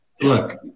look